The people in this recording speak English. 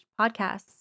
podcasts